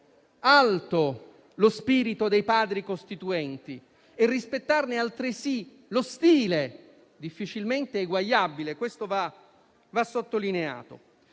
alto lo spirito dei Padri costituenti e rispettarne altresì lo stile, difficilmente eguagliabile, questo va sottolineato.